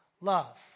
love